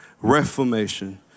Reformation